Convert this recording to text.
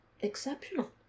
exceptional